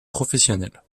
professionnelle